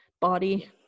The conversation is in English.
body